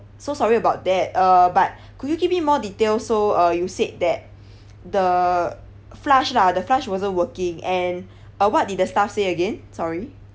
so sorry about that uh but could you give me more detail so uh you said that the flush lah the flush wasn't working and uh what did the staff say again sorry